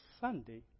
Sunday